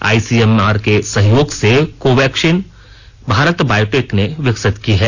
ICMR के सहयोग से कोवैक्सीन भारत बायोटैक ने विकसित की है